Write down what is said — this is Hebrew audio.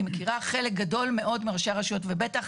אני מכירה חלק גדול מאוד מראשי הרשויות ובטח